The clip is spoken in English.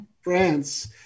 France